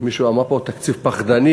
מישהו אמר פה: תקציב פחדני.